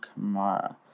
Kamara